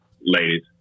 ladies